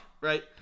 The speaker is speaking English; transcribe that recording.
right